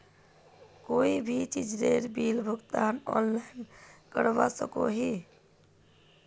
कोई भी चीजेर बिल भुगतान ऑनलाइन करवा सकोहो ही?